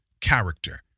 character